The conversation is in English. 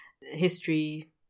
history